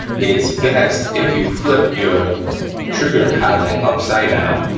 it's best if you flip your trigger housing upside down,